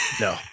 No